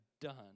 done